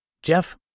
Jeff